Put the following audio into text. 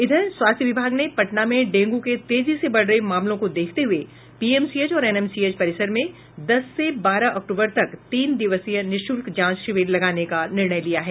इधर स्वास्थ्य विभाग ने पटना में डेंगू के तेजी से बढ़ रहे मामलों को देखते हुये पीएमसीएच और एनएमसीएच परिसर में दस से बारह अक्तूबर तक तीन दिवसीय निःशुल्क जांच शिविर लगाने का निर्णय लिया है